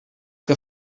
que